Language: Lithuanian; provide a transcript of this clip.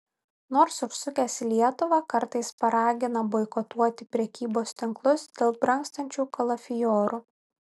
nors užsukęs į lietuvą kartais paragina boikotuoti prekybos tinklus dėl brangstančių kalafiorų